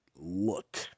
look